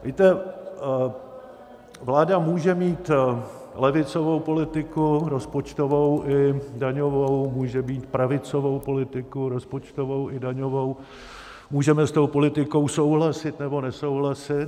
Víte, vláda může mít levicovou politiku rozpočtovou i daňovou, může mít pravicovou politiku rozpočtovou i daňovou, můžeme s tou politikou souhlasit, nebo nesouhlasit.